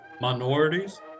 Minorities